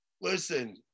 Listen